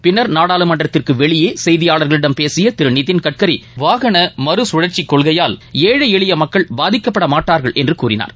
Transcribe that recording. பின்னர் நாடாளுமன்றத்திற்கு வெளியே செய்தியாளர்களிடம் பேசிய திரு நிதின் கட்கரி வாகன மறுசுழற்சி கொள்கையால் ஏழை எளிய மக்கள் பாதிக்கப்படமாட்டார்கள் என்று கூறினார்